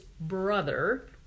brother